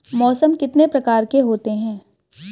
मौसम कितने प्रकार के होते हैं?